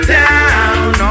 down